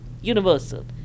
universal